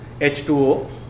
H2O